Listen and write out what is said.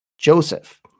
Joseph